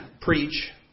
preach